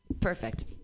perfect